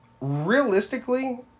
realistically